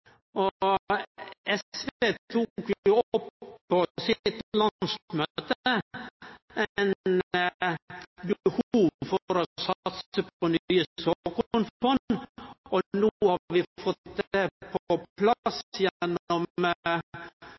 såkornfond. SV tok på sitt landsmøte opp behovet for å satse på nye såkornfond, og no har vi fått det på plass